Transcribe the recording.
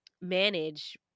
manage